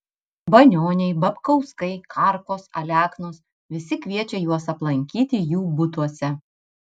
banioniai babkauskai karkos aleknos visi kviečia juos aplankyti jų butuose